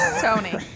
Tony